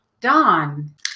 Dawn